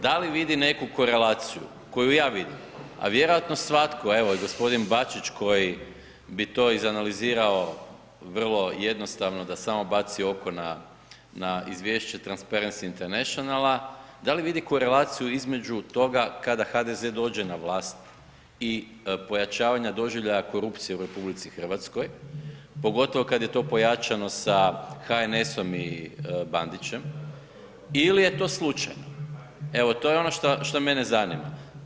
Da li vidi neku korelaciju, koju ja vidim, a vjerojatno svatko evo i gospodin Bačić koji bi to iz analizirao vrlo jednostavno da samo baci oko na izvješće Transparency International-a, da li vidi korelaciju između toga kada HDZ dođe na vlast i pojačavanja doživljaja korupcije u RH pogotovo kad je to pojačano sa HNS-om i Bandićem ili je to slučajno, evo to je ono što mene zanima.